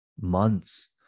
months